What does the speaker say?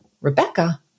Rebecca